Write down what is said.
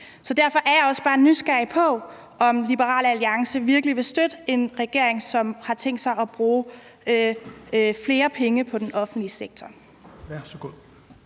Så derfor er jeg også bare nysgerrig, i forhold til om Liberal Alliance virkelig vil støtte en regering, som har tænkt sig at bruge flere penge på den offentlige sektor.